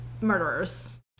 murderers